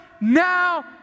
now